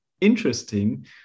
interesting